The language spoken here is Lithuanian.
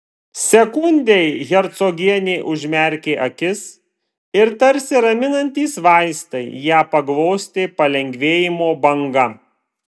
sekundei hercogienė užmerkė akis ir tarsi raminantys vaistai ją paglostė palengvėjimo banga